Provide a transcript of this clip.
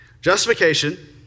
Justification